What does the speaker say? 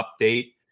update